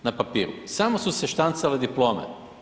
Na papiru, samo se štancale diplome.